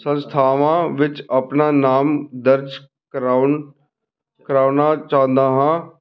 ਸੰਸਥਾਵਾਂ ਵਿੱਚ ਆਪਣਾ ਨਾਮ ਦਰਜ ਕਰਵਾਉਣ ਕਰਵਾਉਣਾ ਚਾਹੁੰਦਾ ਹਾਂ